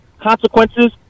consequences